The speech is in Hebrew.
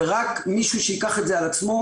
רק מישהו שייקח את זה על עצמו,